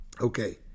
Okay